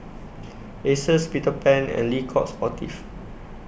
Asus Peter Pan and Le Coq Sportif